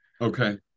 Okay